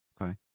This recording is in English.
okay